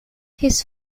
his